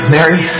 Mary